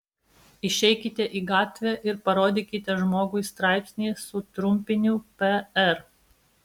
išeikite į gatvę ir parodykite žmogui straipsnį su trumpiniu pr